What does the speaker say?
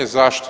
Zašto?